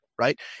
right